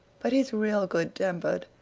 but he's real good-tempered.